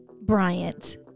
Bryant